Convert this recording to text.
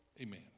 Amen